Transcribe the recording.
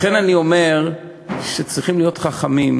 לכן אני אומר שצריכים להיות חכמים.